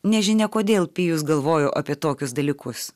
nežinia kodėl pijus galvojo apie tokius dalykus